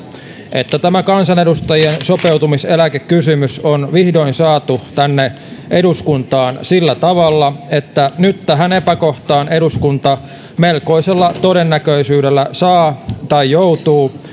että tämä kansanedustajien sopeutumiseläkekysymys on vihdoin saatu tänne eduskuntaan sillä tavalla että nyt tähän epäkohtaan eduskunta melkoisella todennäköisyydellä saa tai joutuu